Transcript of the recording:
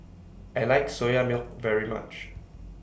I like Soya Milk very much